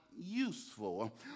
useful